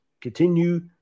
continue